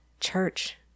Church